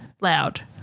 loud